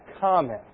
comment